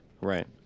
right